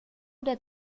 der